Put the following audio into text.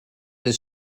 des